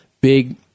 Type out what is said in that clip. big –